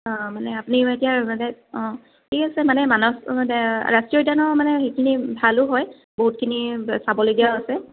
মানে আপুনি এতিয়া মানে অ' ঠিক আছে মানে মানস ৰাষ্ট্ৰীয় উদ্যানৰ মানে সেইখিনি ভালো হয় বহুতখিনি চাবলগীয়াও আছে